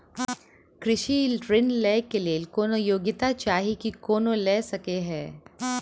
कृषि ऋण लय केँ लेल कोनों योग्यता चाहि की कोनो लय सकै है?